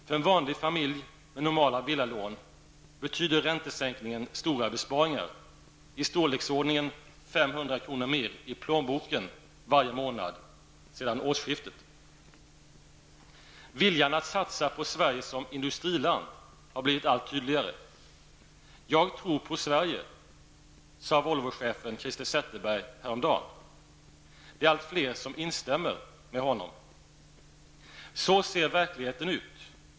För en vanlig familj med normala villalån betyder räntesänkningen stora besparingar, i storleksordningen 500 kr. mer i plånboken varje månad sedan årsskiftet. Viljan att satsa på Sverige som industriland har blivit allt tydligare. Jag tror på Sverige, sade Volvochefen Christer Zetterberg häromdagen. Allt fler instämmer med honom. Så ser verkligheten ut.